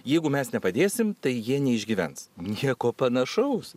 jeigu mes nepadėsim tai jie neišgyvens nieko panašaus